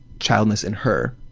childness in her,